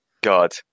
God